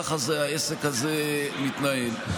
ככה העסק הזה מתנהל.